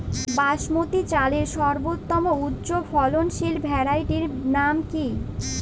বাসমতী চালের সর্বোত্তম উচ্চ ফলনশীল ভ্যারাইটির নাম কি?